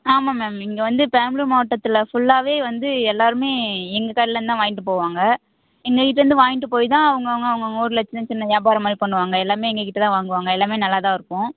ஆமாம் மேம் இங்கே வந்து பெரம்பலூர் மாவட்டத்தில் ஃபுல்லாகவே வந்து எல்லாருமே எங்கள் கடையிலேருந்து தான் வாங்கிகிட்டு போவாங்க எங்கள்கிட்டேருந்து வாங்கிட்டு போய் தான் அவங்கவங்க அவங்கவங்க ஊரில் சின்ன சின்ன வியாபாரம் மாதிரி பண்ணுவாங்க எல்லாமே எங்கள்கிட்ட தான் வாங்குவாங்க எல்லாமே நல்லா தான் இருக்கும்